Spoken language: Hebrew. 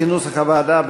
כנוסח הוועדה,